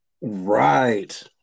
Right